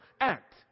act